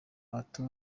arthur